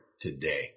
today